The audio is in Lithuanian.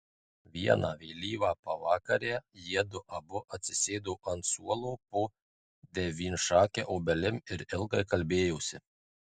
vieną vėlyvą pavakarę jiedu abu atsisėdo ant suolo po devynšake obelim ir ilgai kalbėjosi